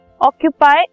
occupy